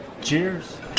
cheers